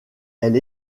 elle